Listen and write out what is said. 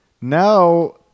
Now